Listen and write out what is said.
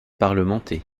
parlementer